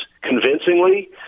convincingly